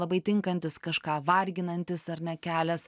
labai tinkantis kažką varginantis ar ne kelias